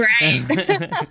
right